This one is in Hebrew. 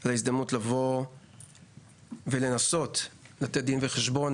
על ההזדמנות לבוא ולנסות לתת דין וחשבון,